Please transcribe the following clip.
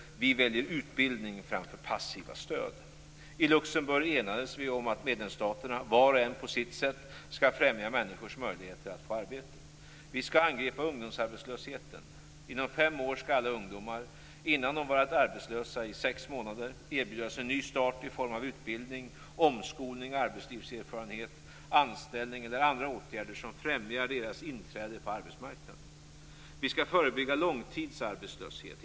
Vi väljer utbildning framför passiva stöd. I Luxemburg enades vi om att medlemsstaterna var och en på sitt sätt skall främja människors möjligheter att få arbete. Vi skall angripa ungdomsarbetslösheten. Inom fem år skall alla ungdomar, innan de varit arbetslösa i sex månader, erbjudas en ny start i form av utbildning, omskolning, arbetslivserfarenhet, anställning eller andra åtgärder som främjar deras inträde på arbetsmarknaden. Vi skall förebygga långtidsarbetslösheten.